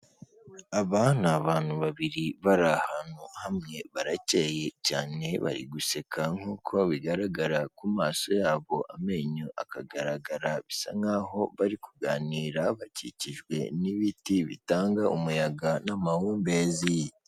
Aba ni abantu babiri bari ahantu hamwe baracyeye cyane bari guseka nk'uko bigaragara ku maso yabo amenyo akagaragara, bisa nkaho bari kuganira bakikijwe n'ibiti bitanga umuyaga n'amahumbezi.